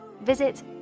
Visit